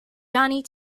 johnny